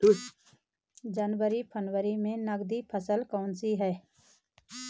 जनवरी फरवरी में नकदी फसल कौनसी है?